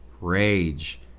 rage